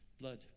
blood